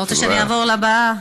אתה רוצה שאני אעבור לבאה?